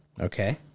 okay